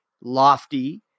lofty